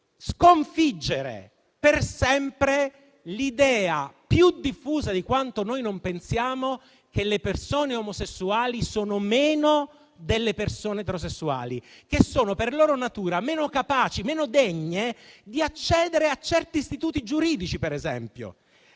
sconfiggere per sempre l'idea, più diffusa di quanto non pensiamo, che le persone omosessuali sono meno delle persone eterosessuali, che sono per loro natura meno capaci e meno degne di accedere a certi istituti giuridici. Le faccio